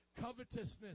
covetousness